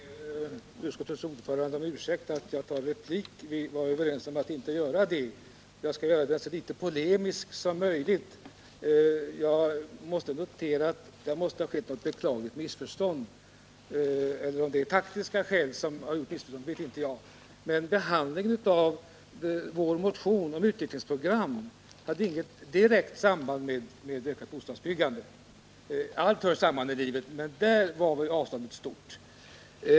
Herr talman! Jag ber utskottets ordförande om ursäkt för att jag begär replik. Vi hade kommit överens om att inte göra det. Jag skall emellertid göra mitt genmäle så litet polemiskt som möjligt. Jag måste notera att det tydligen uppkommit något beklagligt missförstånd, eller också är det taktiska skäl som ligger bakom det som Kjell Mattsson sade om vår motion angående ett utvecklingsprogram. Denna motion har inget direkt samband med frågan om ett ökat bostadsbyggande. Allt hör visserligen samman här i livet, men i det här fallet är väl avståndet stort!